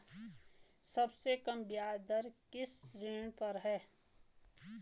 सबसे कम ब्याज दर किस ऋण पर है?